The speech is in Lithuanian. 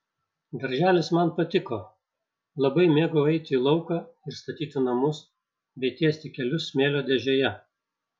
darželis man patiko labai mėgau eiti į lauką ir statyti namus bei tiesti kelius smėlio dėžėje